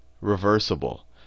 reversible